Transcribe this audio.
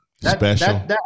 special